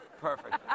Perfect